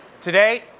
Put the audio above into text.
today